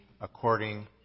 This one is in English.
according